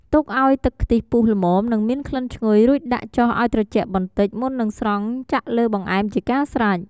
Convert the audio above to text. ទុកឱ្យទឹកខ្ទិះពុះល្មម និងមានក្លិនឈ្ងុយ រួចដាក់ចុះឱ្យត្រជាក់បន្តិច មុននឹងស្រង់ចាក់លើបង្អែម ជាការស្រេច។